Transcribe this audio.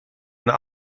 een